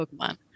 Pokemon